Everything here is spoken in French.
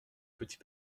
petit